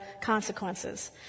consequences